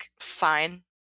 fine